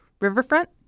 riverfront